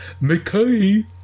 Mickey